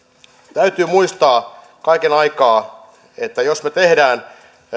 täytyy muistaa kaiken aikaa että jos me teemme